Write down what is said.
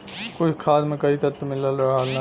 कुछ खाद में कई तत्व मिलल रहला